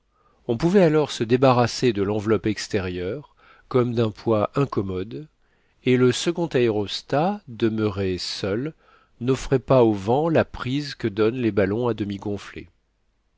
on pouvait alors se débarrasser de l'enveloppe extérieure comme d'un poids incommode et le second aérostat demeuré seul n'offrait pas au vent la prise que donnent les ballons à demi dégonflés